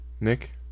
nick